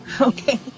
Okay